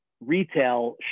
retail